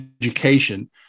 education